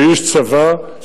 כאיש צבא,